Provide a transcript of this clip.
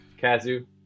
Kazu